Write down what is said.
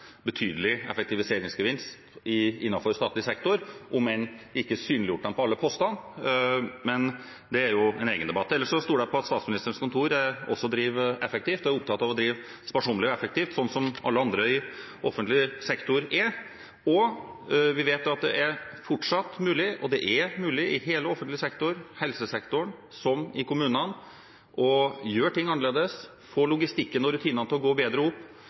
betydelig effektiviseringsgevinst innenfor statlig sektor, om enn ikke synliggjort dem for alle postene – men det er en egen debatt. Ellers stoler jeg på at Statsministerens kontor også driver effektivt og er opptatt av å drive sparsommelig og effektivt, som alle andre i offentlig sektor er. Vi vet at det fortsatt er mulig i hele offentlig sektor – i helsesektoren så vel som i kommunene – å gjøre ting annerledes, få logistikken og rutinene til å gå bedre opp,